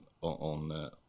on